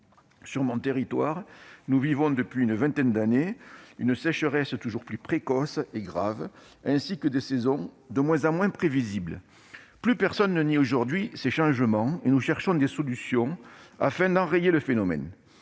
Sur mon territoire, nous vivons, depuis une vingtaine d'années, une sécheresse toujours plus précoce et grave, ainsi que des saisons de moins en moins prévisibles. Plus personne ne nie aujourd'hui ces changements, que nous cherchons à enrayer. Le projet